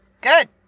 good